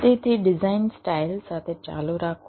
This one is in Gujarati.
તેથી ડિઝાઈન સ્ટાઈલ સાથે ચાલુ રાખો